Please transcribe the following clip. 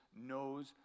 knows